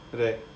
right